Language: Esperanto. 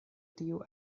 tiu